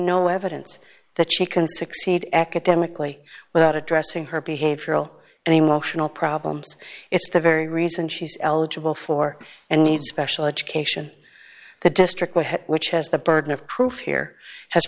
no evidence that she can succeed academically without addressing her behavioral and emotional problems it's the very reason she's eligible for and need special education the district which has the burden of proof here has